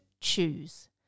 choose